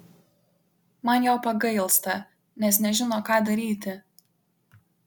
man jo pagailsta nes nežino ką daryti